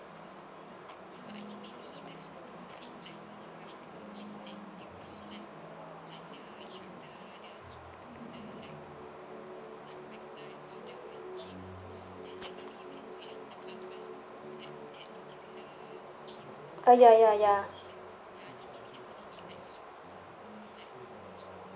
uh ya ya ya